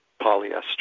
polyester